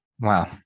Wow